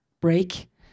break